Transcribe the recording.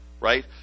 Right